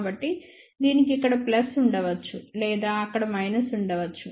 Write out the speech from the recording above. కాబట్టి దీనికి ఇక్కడ ప్లస్ ఉండవచ్చు లేదా అక్కడ మైనస్ ఉండవచ్చు